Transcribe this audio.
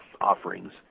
offerings